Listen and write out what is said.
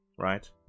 right